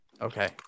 Okay